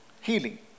Healing